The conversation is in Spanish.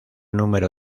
número